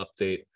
update